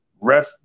Ref